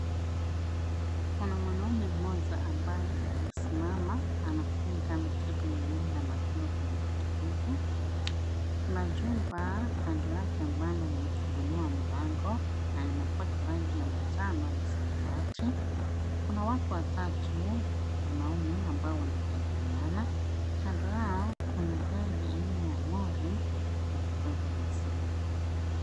Kuna mwanaume mmoja ambaye amesimama anafunga mikebe miwili ya maziwa kwenye pikipiki. Kuna jumba kando yake ambalo limefunguliwa mlango na limepakwa rangi ya manjano na samawati. Kuna watu watatu wanaume ambao wanajadiliana. Kando yao kuna gari aina ya lori ya kubeba maziwa.